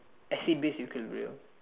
acid base equilibrium